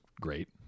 great